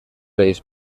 reis